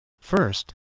First